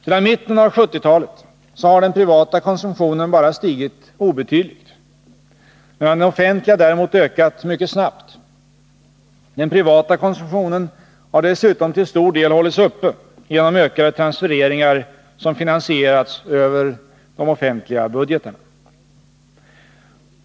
Sedan mitten av 1970-talet har den privata konsumtionen bara stigit obetydligt, medan den offentliga däremot ökat mycket snabbt. Den privata konsumtionen har dessutom till stor del hållits uppe genom ökade transfereringar, som finansierats över de offentliga budgetarna.